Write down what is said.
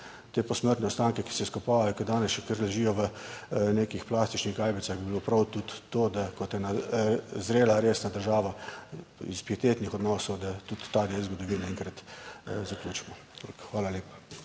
te posmrtne ostanke, ki se izkopavajo, ki danes še kar ležijo v nekih plastičnih gajbicah, bi bilo prav tudi to, da kot ena zrela resna država iz pietetnih odnosov, da tudi ta del zgodovine enkrat zaključimo. Toliko. Hvala lepa.